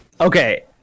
Okay